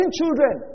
children